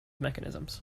mechanisms